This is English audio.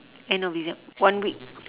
end of decem~ one week